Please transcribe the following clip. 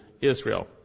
Israel